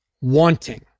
wanting